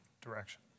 direction